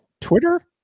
Twitter